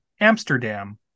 Amsterdam